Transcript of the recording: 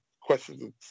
Questions